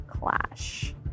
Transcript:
clash